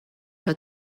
die